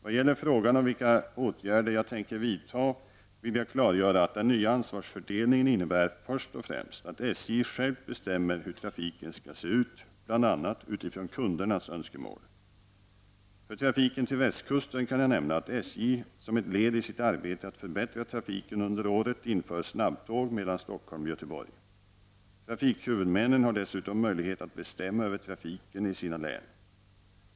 Vad gäller frågan om vilka åtgärder jag tänker vidta vill jag klargöra att den nya ansvarsfördelningen innebär först och främst att SJ självt bestämmer hur trafiken skall se ut bl.a. utifrån kundernas önskemål. För trafiken till västkusten kan jag nämna att SJ som ett led i sitt arbete att förbättra trafiken under året inför snabbtåg mellan Stockholm och Göteborg. Trafikhuvudmännen har dessutom möjlighet att bestämma över trafiken i sina län.